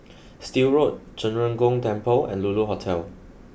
Still Road Zhen Ren Gong Temple and Lulu Hotel